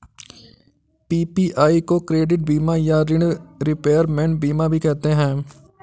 PPI को credit बीमा या ॠण रिपेयरमेंट बीमा भी कहते हैं